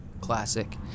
classic